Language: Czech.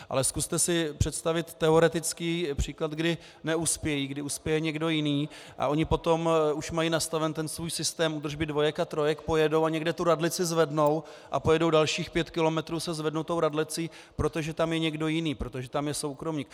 Ale zkuste si představit teoretický příklad, kdy neuspějí, kdy uspěje někdo jiný, a oni potom už mají nastaven ten svůj systém údržby dvojek a trojek, pojedou a někde tu radlici zvednou a pojedou dalších pět kilometrů se zvednutou radlicí, protože tam je někdo jiný, protože tam je soukromník.